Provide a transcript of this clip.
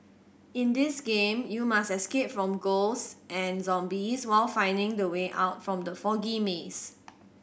in this game you must escape from ghost and zombies while finding the way out from the foggy maze